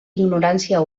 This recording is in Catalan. ignorància